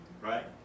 Right